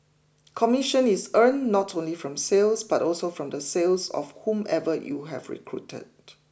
commission is earned not only from sales but also from the sales of whomever you have recruited